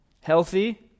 healthy